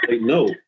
no